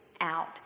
out